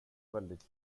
väldigt